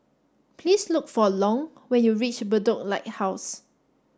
please look for Long when you reach Bedok Lighthouse